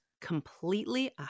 completely